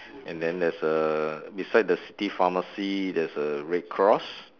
and then there's a beside the city pharmacy there's a red cross